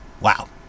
Wow